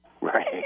Right